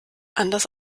anders